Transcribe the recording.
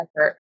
effort